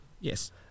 Yes